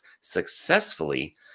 successfully